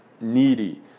needy